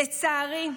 לצערי,